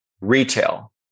retail